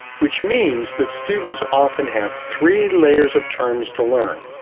which means that students often have three layers of terms to learn.